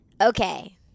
Okay